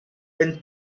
when